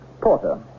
Porter